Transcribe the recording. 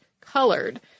colored